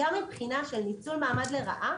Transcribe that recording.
גם מבחינה של ניצול מעמד לרעה,